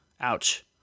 Ouch